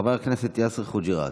חבר הכנסת יאסר חוג'יראת,